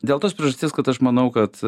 dėl tos priežasties kad aš manau kad